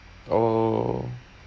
orh